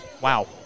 Wow